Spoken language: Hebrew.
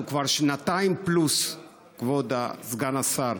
אנחנו כבר שנתיים פלוס, כבוד סגן השר.